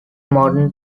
modern